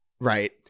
right